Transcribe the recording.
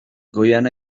goian